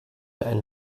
ein